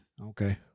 Okay